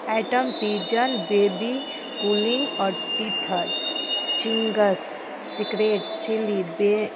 item pigeon baby cooling आओर teether चिंग्स secret chilli बे